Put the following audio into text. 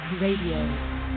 Radio